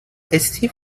استیو